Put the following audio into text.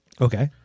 Okay